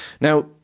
Now